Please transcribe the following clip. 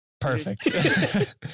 Perfect